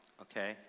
okay